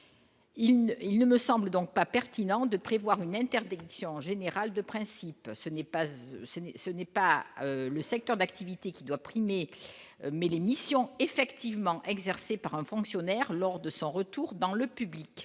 il ne semble donc pas pertinent de prévoir une interdiction générale de principe, ce n'est pas, ce n'est pas le secteur d'activité qui doit primer, mais l'émission effectivement exercées par un fonctionnaire lors de son retour dans le public,